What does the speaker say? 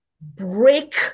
break